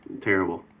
Terrible